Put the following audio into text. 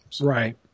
Right